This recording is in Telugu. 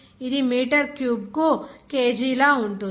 ఇది మీటరు క్యూబ్కు kg లా ఉంటుంది